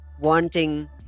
wanting